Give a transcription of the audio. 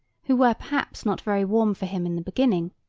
who were perhaps not very warm for him in the beginning,